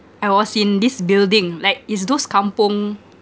I was in this building like is those kampung